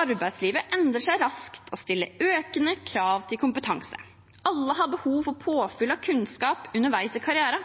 «Arbeidslivet endrer seg raskt og stiller økende krav til kompetanse. Alle har behov for påfyll av kunnskap underveis i